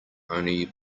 only